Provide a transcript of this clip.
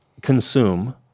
consume